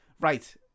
right